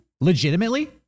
legitimately